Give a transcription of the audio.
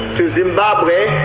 to zimbabwe.